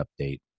update